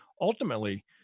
ultimately